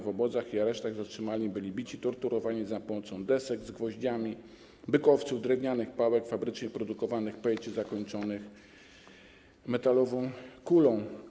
W obozach i aresztach zatrzymani byli bici, torturowani za pomocą desek z gwoździami, bykowców, drewnianych pałek czy fabrycznie produkowanych pejczy zakończonych metalową kulą.